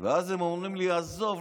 ואז הם אומרים לי: עזוב.